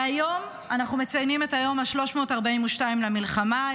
והיום אנחנו מציינים את היום ה-342 למלחמה,